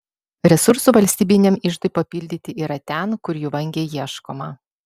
resursų valstybiniam iždui papildyti yra ten kur jų vangiai ieškoma